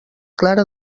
clara